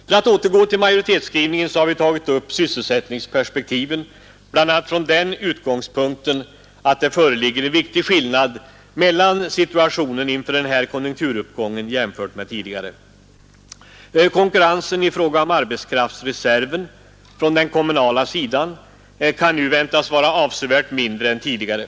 För att återgå till majoritetsskrivningen, så har vi tagit upp sysselsättningsperspektiven bl.a. från den utgångspunkten att det föreligger en viktig skillnad mellan situationen inför den här konjunkturuppgången och den tidigare situationen. Konkurrensen i fråga om arbetskraftsreserven från den kommunala sidan kan nu väntas vara avsevärt mindre än tidigare.